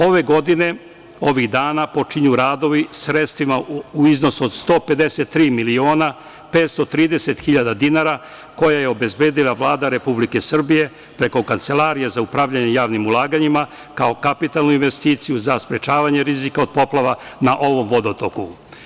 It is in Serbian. Ove godine, ovih dana, počinju radovi sredstvima u iznosu od 153.530.000 dinara, koje je obezbedila Vlada Republike Srbije, preko Kancelarije za upravljanje javnim ulaganjima, kao kapitalnu investiciju za sprečavanje rizika od poplava na ovom vodotoku.